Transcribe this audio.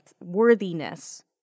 worthiness